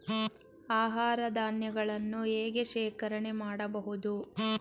ಆಹಾರ ಧಾನ್ಯಗಳನ್ನು ಹೇಗೆ ಶೇಖರಣೆ ಮಾಡಬಹುದು?